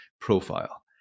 profile